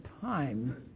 time